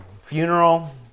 funeral